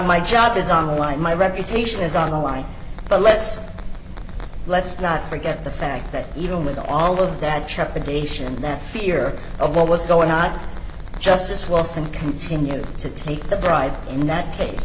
my job is on the line my reputation is on the line but let's let's not forget the fact that even with all of that trepidation and that fear of what was going on justice was and continues to take the bride in that case